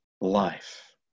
life